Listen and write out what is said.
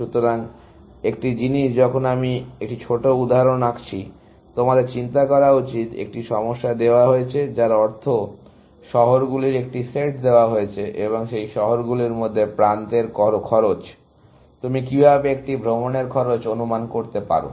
সুতরাং একটি জিনিস যখন আমি একটি ছোট উদাহরণ আঁকছি তোমাদের চিন্তা করা উচিত একটি সমস্যা দেওয়া হয়েছে যার অর্থ শহরগুলির একটি সেট দেওয়া হয়েছে এবং সেই শহরগুলির মধ্যে প্রান্তের খরচ তুমি কিভাবে একটি ভ্রমণের খরচ অনুমান করতে পারো